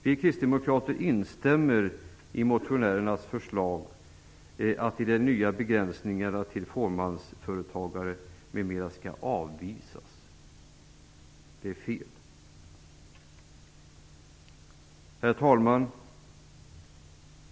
Vi kristdemokrater instämmer i motionärernas förslag att de nya begränsningarna för fåmansföretagare m.fl. skall avvisas. De är fel. Herr talman!